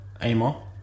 anymore